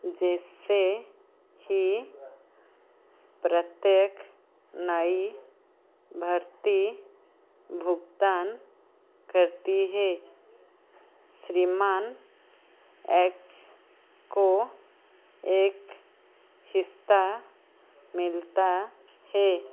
जैसे ही प्रत्येक नई भर्ती भुगतान करती है श्रीमान एक्स को एक हिस्सा मिलता है